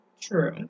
True